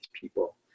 people